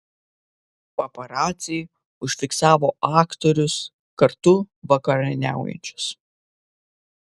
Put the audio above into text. paparaciai užfiksavo aktorius kartu vakarieniaujančius